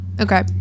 Okay